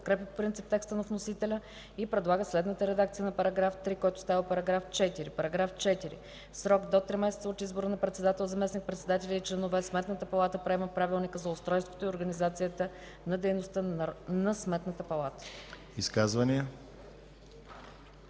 по принцип текста на вносителя и предлага следната редакция на § 3, който става § 4: „§ 4. В срок до три месеца от избора на председател, заместник-председатели и членове Сметната палата приема правилника за устройството и организацията на дейността на Сметната палата.”